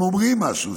הם אומרים משהו.